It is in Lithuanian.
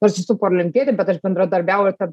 aš esu parolimpietė bet aš bendradarbiauju tarp